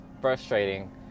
Frustrating